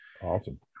Awesome